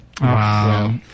Wow